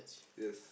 yes